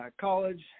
college